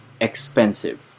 expensive